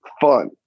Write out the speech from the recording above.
fun